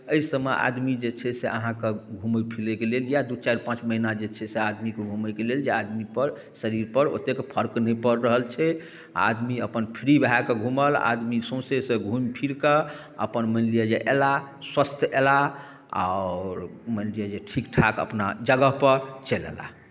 एहि सबमे आदमी जे छै से अहाँके घुमै फिरैके लेल या दू चारि पाँच महिना जे छै से आदमीके घुमैके लेल जे आदमीपर शरीरपर ओतेक फर्क नहि पड़ि रहल छै आदमी अपन फ्री भए कऽ घूमल आदमी सौँसेसँ घूमि फिरि कऽ अपन मानि लिअ जे अयलाह स्वस्थ अयलाह आओर मानि लिअ जे ठीक ठाक अपना जगहपर चलि अयलाह